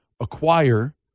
acquire